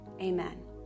amen